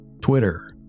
Twitter